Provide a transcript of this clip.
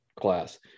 class